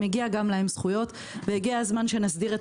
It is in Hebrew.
מגיע גם להם זכויות והגיע הזמן שנסדיר את